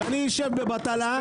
שאשב בבטלה,